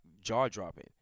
jaw-dropping